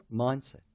mindset